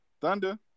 Thunder